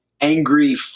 angry